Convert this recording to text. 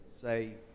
say